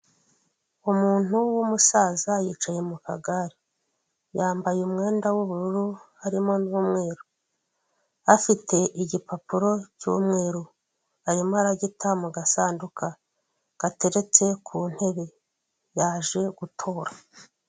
Umuntu w'umusaza yicaye mukagare, yambaye umwenda w'ubururu harimo n'umweru, afite igipapuro cy'umweru arimo aragita mugasanduka gateretse ku ntebe yaje gutora.